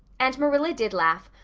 and marilla did laugh,